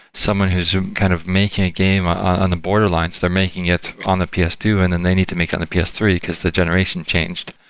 someone who's kind of making a game on the borderlines, they're making it on the p s two and then they need to make on the p s three, because the generation changed.